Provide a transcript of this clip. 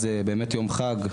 זה באמת יום חג,